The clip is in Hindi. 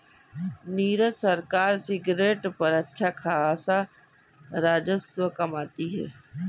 नीरज सरकार सिगरेट पर अच्छा खासा राजस्व कमाती है